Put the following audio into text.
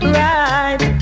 right